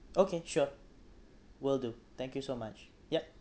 okay sure will do thank you so much yup